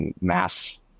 mass